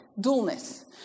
dullness